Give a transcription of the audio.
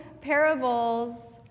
parables